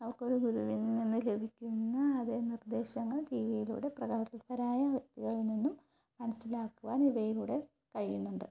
അവർക്കൊരു ഗുരുവിൽ നിന്നു ലഭിക്കുന്ന അതേ നിർദ്ദേശങ്ങൾ ടി വിയിലൂടെ പ്രഗൽഭരായ വ്യക്തികളിൽനിന്നും മനസ്സിലാക്കുവാൻ ഇവയിലൂടെ കഴിയുന്നുണ്ട്